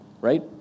right